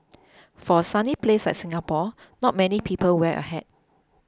for a sunny place like Singapore not many people wear a hat